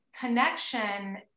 connection